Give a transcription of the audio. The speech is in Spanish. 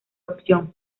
opción